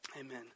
Amen